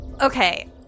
Okay